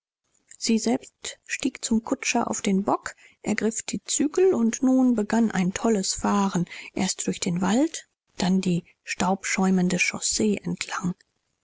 sie selbst stieg zum kutscher auf den bock ergriff die zügel und nun begann ein tolles fahren erst durch den wald dann die staubschäumende chaussee entlang